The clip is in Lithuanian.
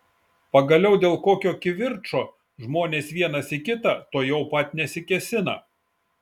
pagaliau dėl kokio kivirčo žmonės vienas į kitą tuojau pat nesikėsina